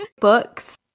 books